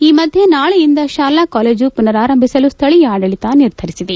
ಈ ಮಧ್ಯೆ ನಾಳೆಯಿಂದ ಶಾಲಾ ಕಾಲೇಜು ಪುನರಾರಂಭಿಸಲು ಸ್ದಳೀಯ ಆಡಳಿತ ನಿರ್ಧರಿಸಿದೆ